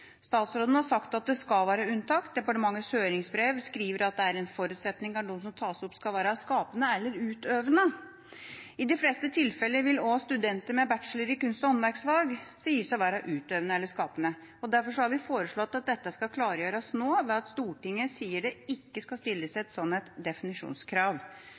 Statsråden har sagt at det skal være unntak, og i departementets høringsbrev skrives det at det er en forutsetning at de som tas opp, skal være skapende eller utøvende. I de fleste tilfeller vil også studenter med bachelor i kunst og håndverksfag sies å være utøvende eller skapende. Derfor har vi foreslått at dette skal klargjøres nå ved at Stortinget sier at det ikke skal stilles et slikt definisjonskrav